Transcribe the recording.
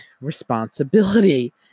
responsibility